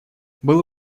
было